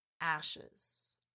ashes